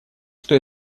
что